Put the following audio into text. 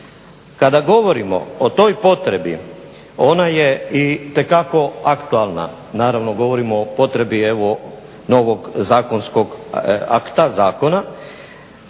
Kada govorimo o toj potrebi, ona je itekako aktualna, naravno govorimo o potrebi novog zakonskog akta, zakona,